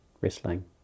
wrestling